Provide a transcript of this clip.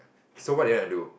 so what do you want to do